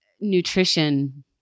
nutrition